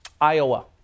Iowa